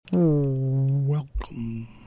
welcome